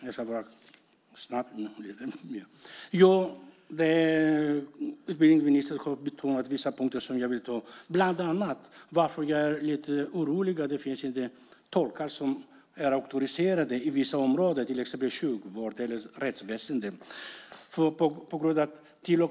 Fru talman! Utbildningsministern har betonat vissa punkter som jag vill ta upp. Jag är bland annat orolig över att det inte finns tolkar inom vissa områden som är auktoriserade, till exempel inom sjukvården och rättsväsendet.